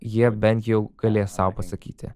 jie bent jau galės sau pasakyti